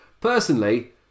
personally